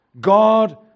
God